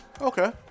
Okay